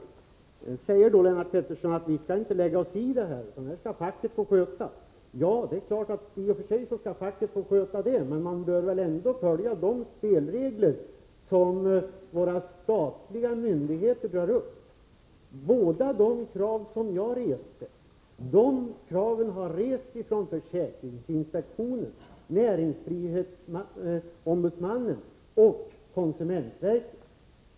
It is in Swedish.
Då säger Lennart Pettersson att vi inte skall lägga oss i det här, det skall facket få sköta. Ja, i och för sig skall facket få sköta detta, men man bör väl ändå följa de spelregler som våra statliga myndigheter drar upp. Båda de krav som jag reste har även förts fram från försäkringsinspektionen, näringsfrihetsombudsmannen och konsumentverket.